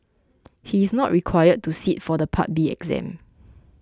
he is not required to sit for the Part B exam